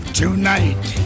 tonight